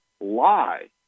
lie